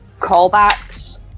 callbacks